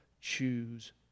choose